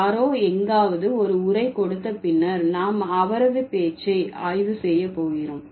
யாரோ எங்காவது ஒரு உரை கொடுத்த பின்னர் நாம் அவரது பேச்சை ஆய்வு செய்ய போகிறோம்